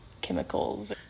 chemicals